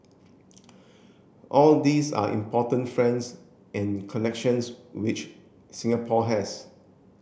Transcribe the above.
all these are important friends and connections which Singapore has